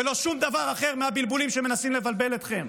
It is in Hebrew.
ולא שום דבר אחר מהבלבולים שמנסים לבלבל אתכם,